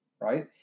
right